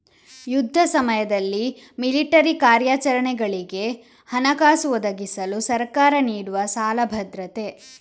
ಯುದ್ಧ ಸಮಯದಲ್ಲಿ ಮಿಲಿಟರಿ ಕಾರ್ಯಾಚರಣೆಗಳಿಗೆ ಹಣಕಾಸು ಒದಗಿಸಲು ಸರ್ಕಾರ ನೀಡುವ ಸಾಲ ಭದ್ರತೆ